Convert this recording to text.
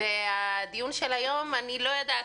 הדיון היום אני לא יודעת,